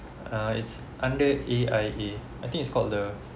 uh it's under A_I_A I think it's called the